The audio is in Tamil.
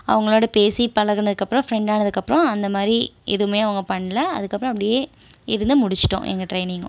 அவங்களோட பேசி பழகுனதுக்கப்புறம் ஃப்ரெண்ட் ஆனதுக்கப்புறம் அந்தமாதிரி எதுவுமே அவங்க பண்ணலை அதுக்கப்புறம் அப்படியே இருந்து முடித்திட்டோம் எங்கள் ட்ரைனிங்கும்